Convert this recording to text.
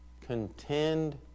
contend